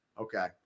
Okay